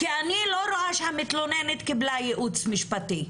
כי אני לא רואה שהמתלוננת קיבלה ייעוץ משפטי.